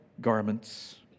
garments